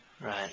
Right